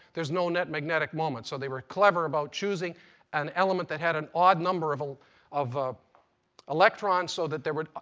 there's no no magnetic moment. so they were clever about choosing an element that had an odd number of ah of ah electrons so that there would,